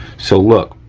so look.